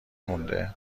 مونده